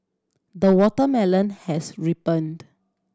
the watermelon has ripened